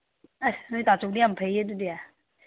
ꯑꯁ ꯅꯣꯏ ꯇꯥꯆꯧꯗꯤ ꯌꯥꯝ ꯐꯩꯌꯦ ꯑꯗꯨꯗꯤ